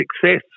success